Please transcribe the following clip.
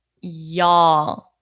Y'all